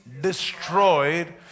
destroyed